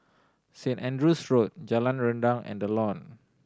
Saint Andrew's Road Jalan Rendang and The Lawn